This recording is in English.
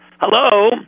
hello